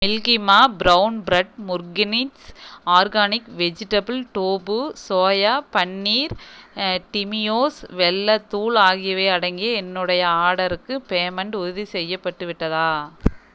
மில்கிமா brown bread முர்கினின்ஸ் organic vegetable tofu soya paneer டிமியோஸ் வெல்லத்தூள் ஆகியவை அடங்கிய என்னுடைய ஆர்டர்க்கு பேமெண்ட் உறுதிசெய்யப்பட்டு விட்டதா